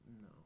no